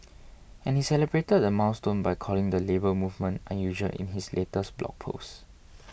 and he celebrated the milestone by calling the Labour Movement unusual in his latest blog post